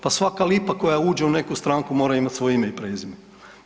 Pa svaka lipa koja uđe u neku stranku mora imati svoje ime i prezime.